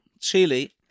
Chili